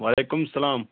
وعلیکُم سلام